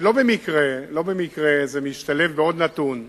לא במקרה זה משתלב בעוד נתון,